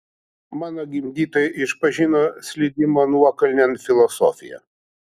mano gimdytojai išpažino slydimo nuokalnėn filosofiją